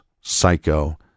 psycho